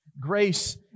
Grace